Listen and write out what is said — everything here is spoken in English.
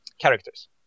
characters